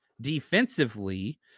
defensively